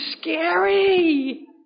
scary